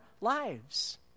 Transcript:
lives